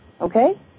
Okay